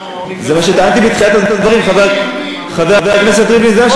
זה מה שטענתי בתחילת הדברים, חבר הכנסת ריבלין.